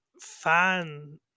fan